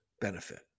benefit